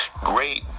Great